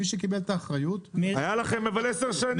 מי שקיבל את האחריות --- היו לכם עשר שנים.